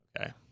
Okay